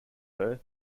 her